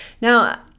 Now